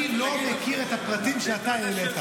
אני לא מכיר את הפרטים שאתה העלית.